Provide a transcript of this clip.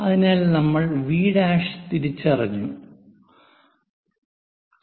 അതിനാൽ നമ്മൾ V തിരിച്ചറിഞ്ഞു കഴിഞ്ഞു